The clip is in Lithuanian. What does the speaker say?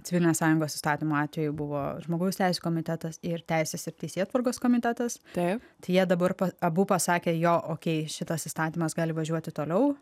civilnės sąjungos įstatymo atveju buvo žmogaus teisių komitetas ir teisės ir teisėtvarkos komitetas taip tai jie dabar abu pasakė jo okei šitas įstatymas gali važiuoti toliau